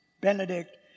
Benedict